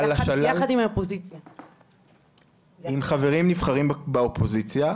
יחד עם חברים נבחרים באופוזיציה,